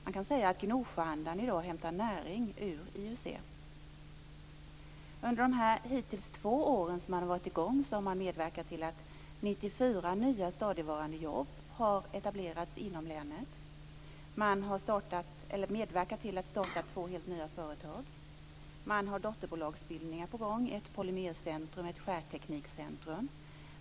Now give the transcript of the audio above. Man kan säga att Gnosjöandan i dag hämtar näring ur IUC. Under de två år som man hittills varit i gång har man medverkat till att 94 nya stadigvarande jobb etablerats inom länet. Man har medverkat till att starta två helt nya företag. Man har dotterbolagsbildningar på gång, ett polymercentrum och ett skärteknikcentrum.